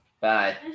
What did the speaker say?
Bye